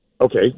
Okay